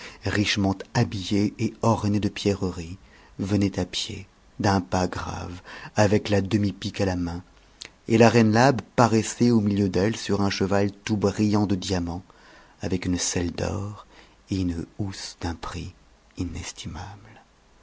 ichement habillées et m oëes de pierreries venaient à pied d'un pas grave avec la demi jiqae a la main et la reine labe paraissait au milieu d'elles sur un cheval tout brillant de diamants avec une selle d'or et une housse d'un prix inestimable